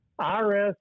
IRS